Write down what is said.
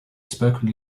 spoken